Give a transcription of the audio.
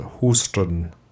Houston